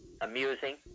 amusing